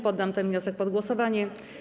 Poddam ten wniosek pod głosowanie.